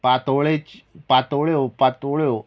पातोळेच पातोळ्यो पातोळ्यो